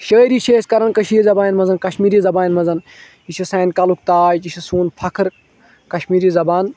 شٲعری چھِ أسۍ کَران کٔشیٖرِِ زَبانہِ منٛز کَشمیٖری زَبانہِ منٛز یہِ چھِ سانہِ کَلُک تاج یہِ چھُ سون فَخر کَشمیٖری زَبان